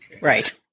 Right